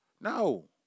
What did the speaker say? No